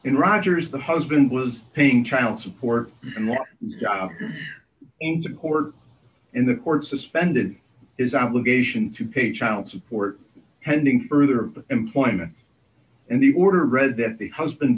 in roger is the husband was paying child support in the court in the court suspended is obligation to pay child support pending further employment and the order read that the husband